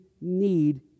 need